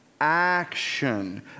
Action